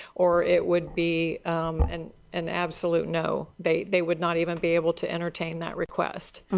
or it would be and an absolute no. they they would not even be able to entertain that request.